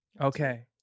okay